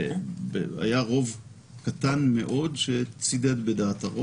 והרוב היה קטן מאוד, אולי שבעה לעומת תשעה.